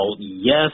yes